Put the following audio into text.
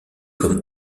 comme